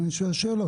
אני שואל שאלה,